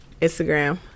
Instagram